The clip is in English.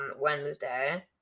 Wednesday